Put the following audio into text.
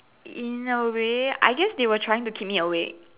in a way I guess they were trying to keep me awake